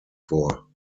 vor